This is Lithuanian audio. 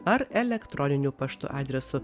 ar elektroniniu paštu adresu